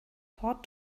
hard